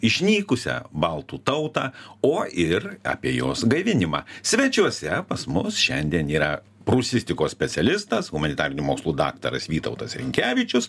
išnykusią baltų tautą o ir apie jos gaivinimą svečiuose pas mus šiandien yra prūsistikos specialistas humanitarinių mokslų daktaras vytautas rinkevičius